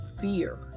fear